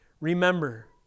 remember